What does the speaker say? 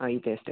ആ ഈ തേസ്ഡേ